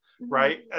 right